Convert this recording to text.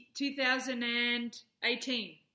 2018